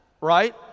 right